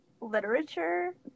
literature